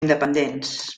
independents